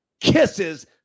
kisses